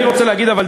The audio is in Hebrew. אני עונה לך: